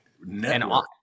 Network